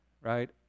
right